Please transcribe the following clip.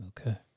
Okay